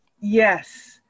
Yes